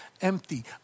empty